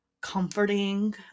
Comforting